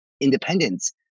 independence